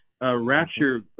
rapture